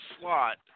slot